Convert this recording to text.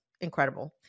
incredible